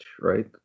right